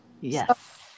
Yes